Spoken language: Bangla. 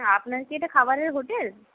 আপনার কি এটা খাবারের হোটেল